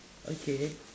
okay